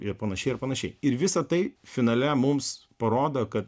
ir panašiai ir panašiai ir visa tai finale mums parodo kad